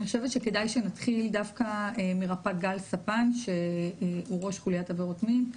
אני חושבת שכדאי שנתחיל דווקא מרפ"ק גל ספן שהוא ראש חוליית עבירות מין,